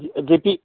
ꯑꯗꯒꯤ